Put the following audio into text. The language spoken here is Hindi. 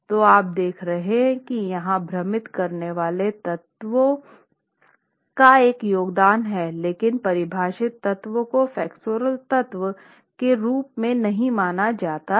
तो आप देख रहे हैं कि यहाँ भ्रमित करने वाले तत्व का एक योगदान है लेकिन परिभाषित तत्व को फ्लेक्सुरल तत्व के रूप में नहीं माना जाता है